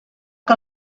que